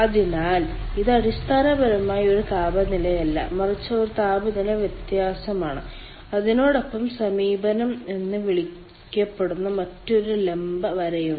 അതിനാൽ ഇത് അടിസ്ഥാനപരമായി ഒരു താപനിലയല്ല മറിച്ച് ഒരു താപനില വ്യത്യാസമാണ് അതിനോടൊപ്പം സമീപനം എന്ന് വിളിക്കപ്പെടുന്ന മറ്റൊരു ലംബ വരയുണ്ട്